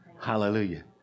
Hallelujah